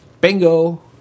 Bingo